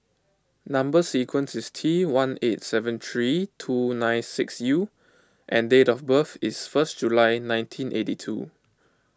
Number Sequence is T one eight seven three two nine six U and date of birth is first July nineteen eighty two